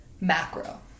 Macro